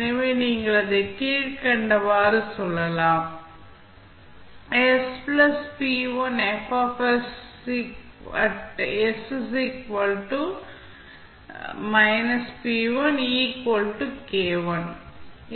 எனவே நீங்கள் அதை கீழ்க்கண்டவாறு சொல்லலாம்